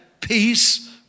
peace